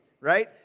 right